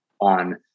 on